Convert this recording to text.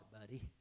buddy